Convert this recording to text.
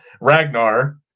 Ragnar